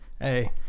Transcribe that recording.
Hey